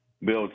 Bill